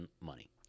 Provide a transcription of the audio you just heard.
money